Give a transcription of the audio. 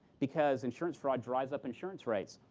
because insurance fraud drives up insurance rates.